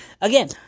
Again